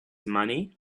money